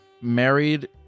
married